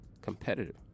competitive